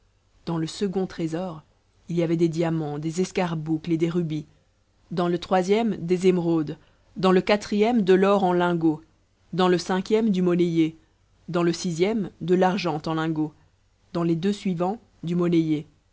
dans le second trésor il y avait des diamants des escarboucles et des rubis dans le troisième des émeraudes dans le quatrième de l'or en lingots dans le cinquième du monnayé dans le sixième de l'argent en lingots dans les deux suivants du